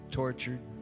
tortured